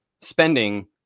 spending